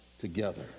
together